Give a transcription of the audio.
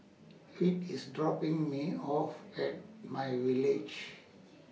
Whit IS dropping Me off At MyVillage